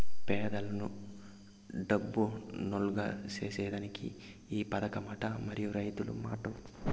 పేదలను డబ్బునోల్లుగ సేసేదానికే ఈ పదకమట, మరి రైతుల మాటో